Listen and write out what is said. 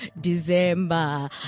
December